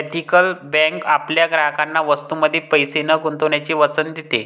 ethical bank आपल्या ग्राहकांना वस्तूंमध्ये पैसे न गुंतवण्याचे वचन देते